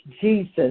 Jesus